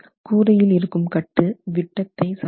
கூரையில் இருக்கும் கட்டு விட்டத்தை சார்ந்தது